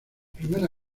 primera